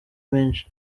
menshi